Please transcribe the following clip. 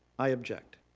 i object.